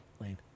Lane